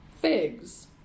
figs